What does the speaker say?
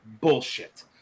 bullshit